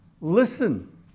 Listen